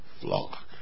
flock